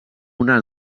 una